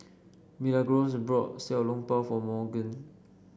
Milagros bought Xiao Long Bao for Morgan